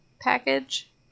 package